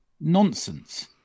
nonsense